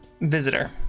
visitor